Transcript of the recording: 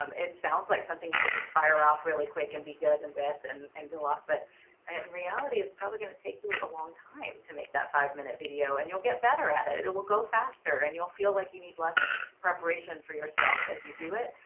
um it sounds like something you could just fire off really quick and be good with and and go off. but in reality, it's probably going to take you a long time to make that five minute video and you'll get better at it. it it will go faster and you'll feel like you need less preparation for yourself as you do it.